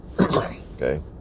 Okay